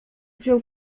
wziął